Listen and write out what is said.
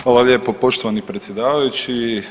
Hvala lijepo poštovani predsjedavajući.